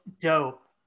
dope